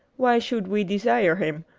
why should we desire him,